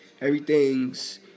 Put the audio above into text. Everything's